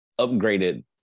upgraded